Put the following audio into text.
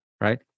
right